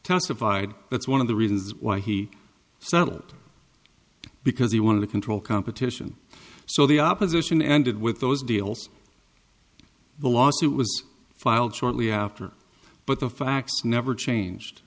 testified that's one of the reasons why he settled because he wanted to control competition so the opposition ended with those deals the lawsuit was filed shortly after but the facts never changed